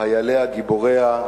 חייליה, גיבוריה,